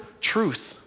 truth